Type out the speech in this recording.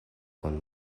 como